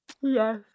Yes